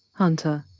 hunter.